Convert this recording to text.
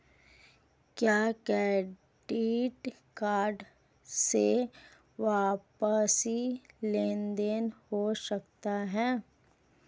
क्या credit card से आपसी लेनदेन हो सकता है?